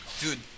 Dude